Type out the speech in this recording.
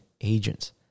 agents